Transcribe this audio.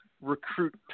Recruit